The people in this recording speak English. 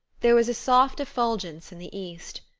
there was a soft effulgence in the east.